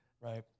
Right